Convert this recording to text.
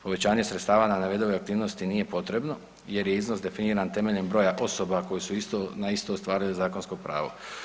Povećanje sredstava na navedenoj aktivnosti nije potrebno jer je iznos definiran temeljem broja osoba koje su isto, na isto ostvarili zakonsko pravo.